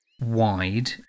wide